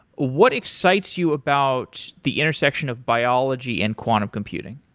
what excited you about the intersection of biology and quantum computing?